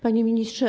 Panie Ministrze!